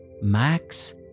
Max